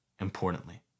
importantly